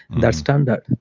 that's standard.